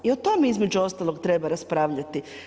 I o tome između ostalog treba raspravljati.